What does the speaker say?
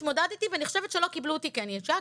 התמודדתי ואני חושבת שלא קיבלו אותי כי אני אישה,